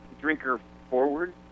drinker-forward